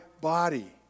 body